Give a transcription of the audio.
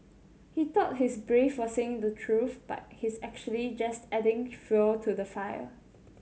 he thought he's brave for saying the truth but he's actually just adding fuel to the fire